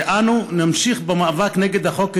ואנו נמשיך במאבק נגד החוק הגזעני.